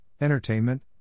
entertainment